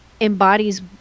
embodies